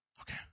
Okay